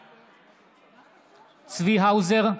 בעד צבי האוזר,